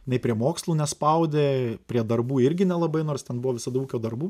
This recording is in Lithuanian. nei prie mokslų nespaudė prie darbų irgi nelabai nors ten buvo visada ūkio darbų